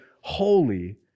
holy